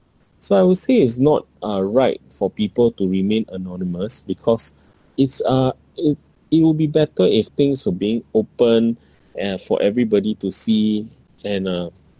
so I would say it's not uh right for people to remain anonymous because it's uh it it will be better if things were being open and for everybody to see and uh